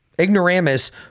Ignoramus